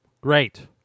Great